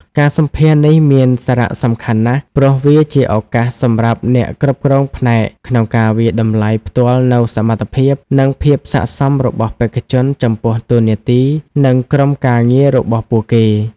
ការសម្ភាសន៍នេះមានសារៈសំខាន់ណាស់ ព្រោះវាជាឱកាសសម្រាប់អ្នកគ្រប់គ្រងផ្នែកក្នុងការវាយតម្លៃផ្ទាល់នូវសមត្ថភាព និងភាពស័ក្តិសមរបស់បេក្ខជនចំពោះតួនាទី និងក្រុមការងាររបស់ពួកគេ។